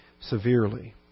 severely